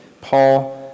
Paul